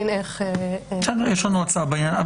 יש לנו הצעה בעניין.